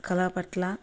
కళపట్ల